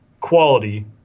quality